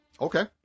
Okay